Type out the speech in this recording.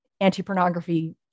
anti-pornography